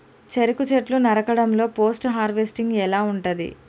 చెరుకు చెట్లు నరకడం లో పోస్ట్ హార్వెస్టింగ్ ఎలా ఉంటది?